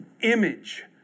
image